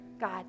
god